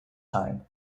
time